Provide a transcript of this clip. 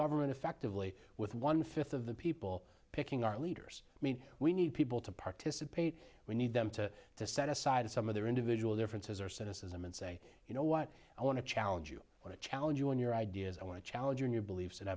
government effectively with one fifth of the people picking our leaders i mean we need people to participate we need them to to set aside some of their individual differences or cynicism and say you know what i want to challenge you want to challenge you on your ideas i want to challenge you in your beliefs